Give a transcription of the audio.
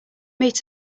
meet